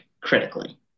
critically